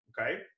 okay